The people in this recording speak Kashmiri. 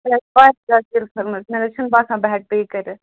مےٚ حظ چھِنہٕ باسان بہٕ ہٮ۪کہٕ پے کٔرِتھ